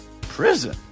prison